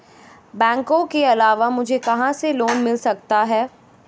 बैंकों के अलावा मुझे कहां से लोंन मिल सकता है?